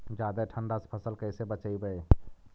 जादे ठंडा से फसल कैसे बचइबै?